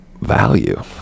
value